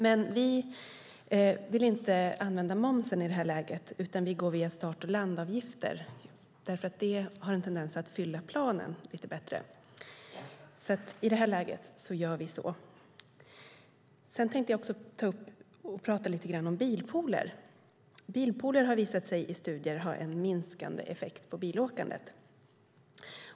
Men vi vill inte använda momsen i det här läget, utan vi vill gå via start och landavgifter eftersom det har en tendens att fylla planen lite bättre. I det här läget gör vi därför så. Jag tänkte tala lite grann om bilpooler. De har i studier visat sig minska bilåkandet.